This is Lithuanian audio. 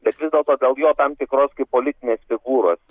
bet vis dėlto dėl jo tam tikros politinės figūros